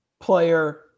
player